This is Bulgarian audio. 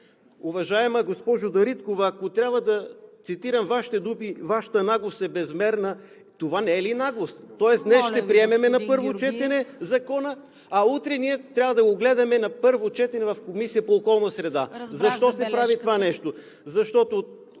Уважаема госпожо Дариткова, ако трябва да цитирам Вашите думи „Вашата наглост е безмерна“, това не е ли наглост? Днес ще приемем на първо четене Закона, а утре трябва да го гледаме на първо четене в Комисията по околната среда и водите. Защо се прави това нещо? Защото